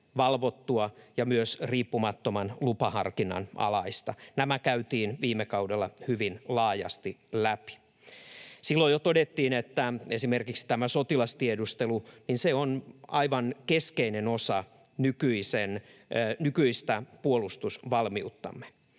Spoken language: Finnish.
ja myös riippumattoman lupaharkinnan alaista. Nämä käytiin viime kaudella hyvin laajasti läpi. Silloin jo todettiin, että esimerkiksi tämä sotilastiedustelu on aivan keskeinen osa nykyistä puolustusvalmiuttamme.